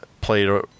played